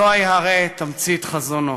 זוהי הרי תמצית חזונו.